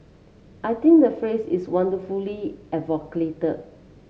I think the phrase is wonderfully evocative